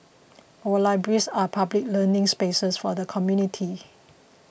our libraries are public learning spaces for the community